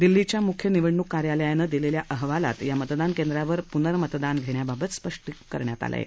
दिल्लीच्या मुख्य निवडणूक कार्यालयानं दिलेल्या अहवालात या मतदान केंद्रावर पूर्नमतदान धेण्याबाबत स्पष्ट केलं हे